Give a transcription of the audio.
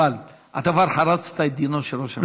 אבל אתה כבר חרצת את דינו של ראש הממשלה.